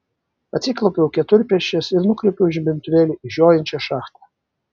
atsiklaupiau keturpėsčias ir nukreipiau žibintuvėlį į žiojinčią šachtą